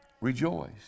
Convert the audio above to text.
Rejoice